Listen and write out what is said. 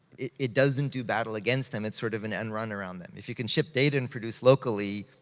it doesn't do battle against them. it's sort of an end run around them. if you can ship data and produce locally,